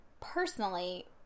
personally